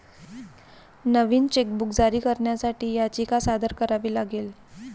नवीन chequebook जारी करण्यासाठी याचिका सादर करावी लागेल